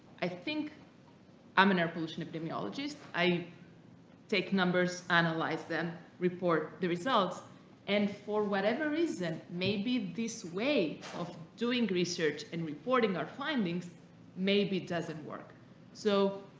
i think i'm an air pollution epidemiologist i take numbers analyze them report the results and for whatever reason maybe this way of doing research and reporting our findings maybe it doesn't work so